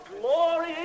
glory